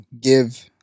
give